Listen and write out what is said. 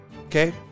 Okay